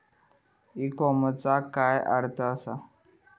E कॉमर्सचा कार्य काय असा?